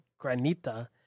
Granita